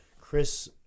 Chris